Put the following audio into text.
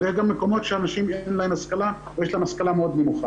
ויש גם מקומות שבהם לנשים אין השכלה או יש להן השכלה נמוכה מאוד.